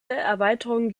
erweiterung